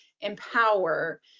empower